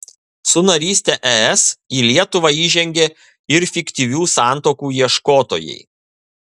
su naryste es į lietuvą įžengė ir fiktyvių santuokų ieškotojai